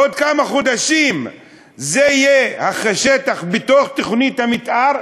בעוד כמה חודשים זה יהיה שטח בתוך תוכנית המתאר,